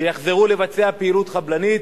שיחזרו לבצע פעילות חבלנית,